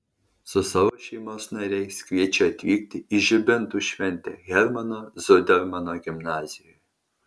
su savo šeimos nariais kviečia atvykti į žibintų šventę hermano zudermano gimnazijoje